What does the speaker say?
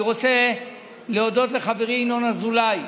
אני רוצה להודות לחברי ינון אזולאי,